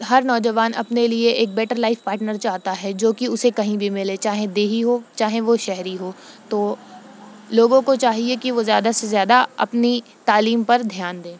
ہر نوجوان اپنے کے لیے ایک بیٹر لائف پاٹنر چاہتا ہے جوکہ اسے کہیں بھی ملے چاہے دیہی ہو چاہے وہ شہری ہو تو لوگوں کو چاہیے کہ وہ زیادہ سے زیادہ اپنی تعلیم پر دھیان دیں